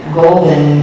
golden